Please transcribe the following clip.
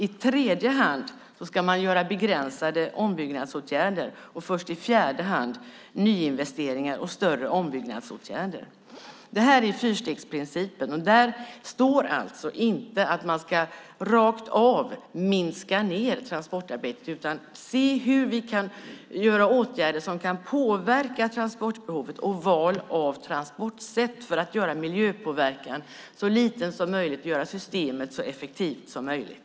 I tredje hand ska man göra begränsade ombyggnadsåtgärder och först i fjärde hand nyinvesteringar och större ombyggnadsåtgärder. Det är fyrstegsprincipen. Där står alltså inte att man rakt av ska minska ned transportarbetet, utan man ska se hur man kan vidta åtgärder som kan påverka transportbehovet och val av transportsätt för att göra miljöpåverkan så liten som möjligt och göra systemet så effektivt som möjligt.